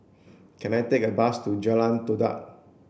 can I take a bus to Jalan Todak